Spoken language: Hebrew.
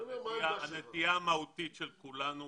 הנטייה המהותית של כולנו,